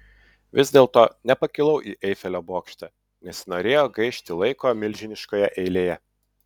vis dėlto nepakilau į eifelio bokštą nesinorėjo gaišti laiko milžiniškoje eilėje